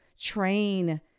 train